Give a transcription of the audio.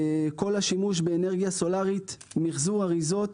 כל השימוש באנרגיה סולרית, מחזור אריזות,